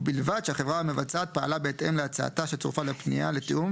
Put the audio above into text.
ובלבד שהחברה המבצעת פעלה בהתאם להצעתה שצורפה לפנייה לתיאום